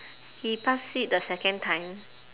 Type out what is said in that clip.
he pass it the second time